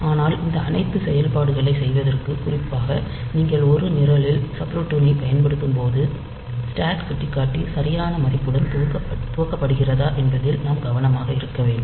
ஆனால் இந்த அனைத்து செயல்பாடுகளைச் செய்வதற்கு குறிப்பாக நீங்கள் ஒரு நிரலில் சப்ரூட்டின்களைப் பயன்படுத்தும்போது ஸ்டாக் சுட்டிக்காட்டி சரியான மதிப்புடன் துவக்கப்படுகிறதா என்பதில் நாம் கவனமாக இருக்க வேண்டும்